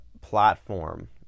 platform